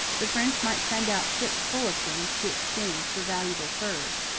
the french might send out ships full of things to exchange for valuable furs.